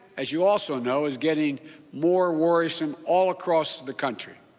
as you also know, is getting more worrisome all across the country.